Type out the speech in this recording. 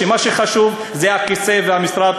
שמה שחשוב זה הכיסא והמשרד.